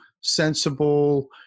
sensible